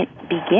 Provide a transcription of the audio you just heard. begin